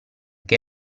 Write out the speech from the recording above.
che